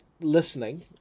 listening